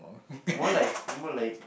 more like more like